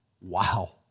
wow